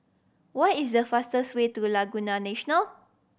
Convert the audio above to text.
what is the fastest way to Laguna National